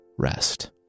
rest